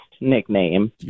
nickname